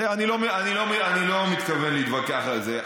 אני לא מתכוון להתווכח על זה,